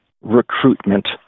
recruitment